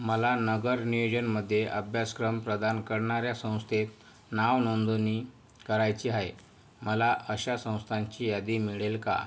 मला नगर नियोजनमध्ये अभ्यासक्रम प्रदान करणार्या संस्थेत नावनोंदणी करायची आहे मला अशा संस्थांची यादी मिळेल का